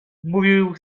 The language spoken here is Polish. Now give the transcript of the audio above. mówił